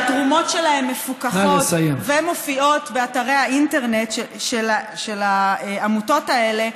שהתרומות שלהם מפוקחות והן מופיעות באתרי האינטרנט של העמותות האלה,